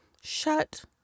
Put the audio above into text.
Shut